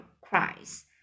cries